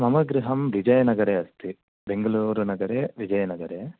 मम गृहं विजयनगरे अस्ति बेङ्गलुरुनगरे विजयनगरे